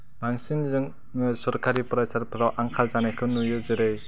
बांसिन जों सरकारि फरायसालिफोराव आंखाल जानायखौ नुयो जेरै